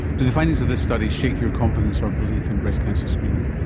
do the findings of this study shake your confidence or belief in breast cancer screening?